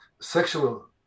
sexual